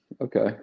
Okay